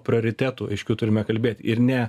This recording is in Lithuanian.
prioritetų aiškių turime kalbėti ir ne